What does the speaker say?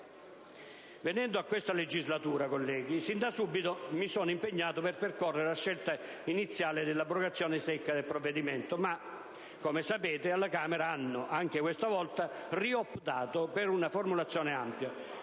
Venendo a questa legislatura, colleghi, sin da subito mi sono impegnato per percorrere la scelta iniziale dell'abrogazione secca del provvedimento, ma, come sapete, alla Camera anche questa volta hanno rioptato per una formulazione ampia,